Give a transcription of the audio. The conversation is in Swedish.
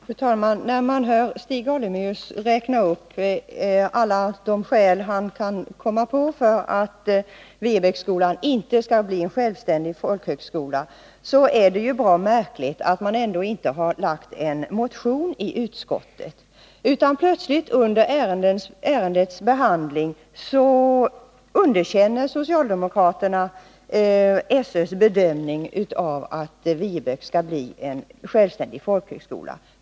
Fru talman! När man hör Stig Alemyr räkna upp alla de skäl han kan komma på för att Viebäcksskolan inte skall bli en självständig folkhögskola tycker man att det är ganska märkligt att socialdemokraterna i detta ärende inte väckt en motion som hade kunnat behandlas av utskottet utan i stället plötsligt under ärendets behandling underkänner SÖ:s bedömning att Viebäcksskolan bör få bli en självständig folkhögskola.